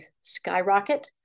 skyrocket